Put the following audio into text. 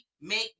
make